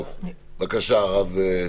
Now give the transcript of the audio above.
בבקשה, הרב.